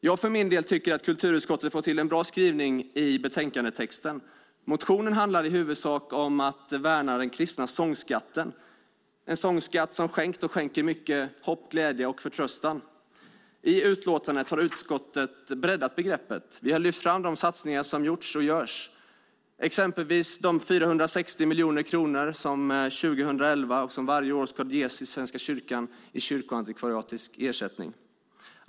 Jag, för min del, tycker att kulturutskottet har fått till en bra skrivning i betänkandetexten. Motionen handlar i huvudsak om att värna den kristna sångskatten, en sångskatt som skänkt och skänker mycket hopp, glädje och förtröstan. I utlåtandet har utskottet breddat begreppet. Vi har lyft fram de satsningar som gjorts och görs, exempelvis de 460 miljoner kronor som 2011 och sedan varje år ska ges till Svenska kyrkan i kyrkoantikvarisk ersättning.